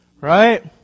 Right